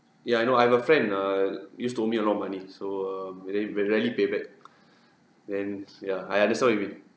ya I know I have a friend err used to owe me a lot of money so um and then rare rarely pay back then ya I understand what you mean